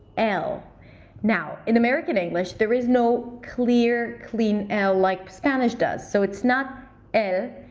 l now in american english there is no clear, clean l, like spanish does. so it's not l.